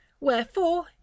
WHEREFORE